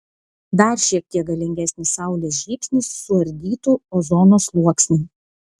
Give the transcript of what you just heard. dar šiek tiek galingesnis saulės žybsnis suardytų ozono sluoksnį